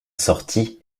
sorti